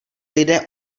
lidé